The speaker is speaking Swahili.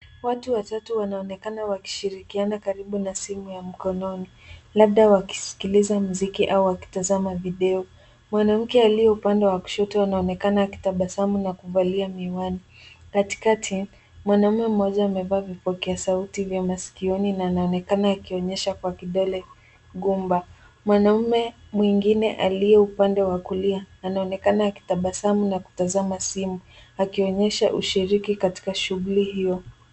Watu watatu wanaonekana wakishirikiana karibu na simu ya mkononi labda wakisikiliza muziki au wakitazama video. Mwanamke aliye upande wa kushoto anaonekana akitabasamu na kuvalia miwani. Katikati, mwanamume moja amevalia vipokea sauti vya masikioni na anaonekana akionyesha kwa kidole gumba. Mwanamume mwingine aliye upande wa kulia anaonekana akitabasamu na kutazama simu, akionyesha ushiriki katika shughuli hiyo.